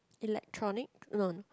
electronic no